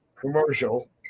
commercial